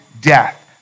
death